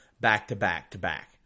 back-to-back-to-back